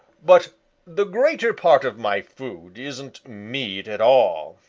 but the greater part of my food isn't meat at all.